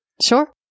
Sure